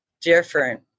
different